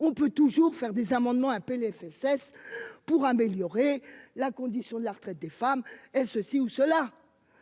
On peut toujours faire des amendements un PLFSS pour améliorer la condition de la retraite des femmes et ceci ou cela.